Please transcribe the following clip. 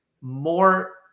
more